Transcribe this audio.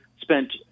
spent—